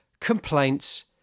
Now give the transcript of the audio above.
complaints